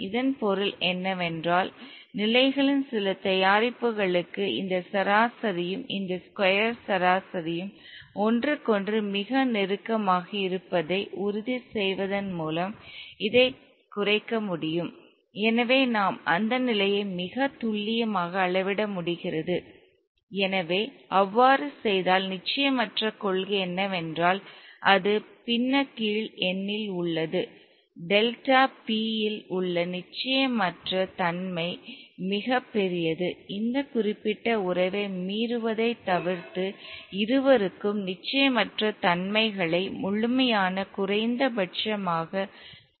இதன் பொருள் என்னவென்றால் நிலைகளின் சில தயாரிப்புகளுக்கு இந்த சராசரியும் இந்த ஸ்கொயர் சராசரியும் ஒன்றுக்கொன்று மிக நெருக்கமாக இருப்பதை உறுதி செய்வதன் மூலம் இதைக் குறைக்க முடியும் எனவே நாம் அந்த நிலையை மிகத் துல்லியமாக அளவிட முடிகிறது எனவே அவ்வாறு செய்தால் நிச்சயமற்ற கொள்கை என்னவென்றால் அது பின்னக்கீழ் எண்ணில் உள்ளது டெல்டா p இல் உள்ள நிச்சயமற்ற தன்மை மிகப் பெரியது இந்த குறிப்பிட்ட உறவை மீறுவதைத் தவிர்த்து இருவருக்கும் நிச்சயமற்ற தன்மைகளை முழுமையான குறைந்தபட்சமாகக் கட்டுப்படுத்த முடியாது